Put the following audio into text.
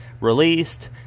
released